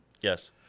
Yes